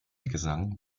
gesang